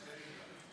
שלוש דקות לרשותך,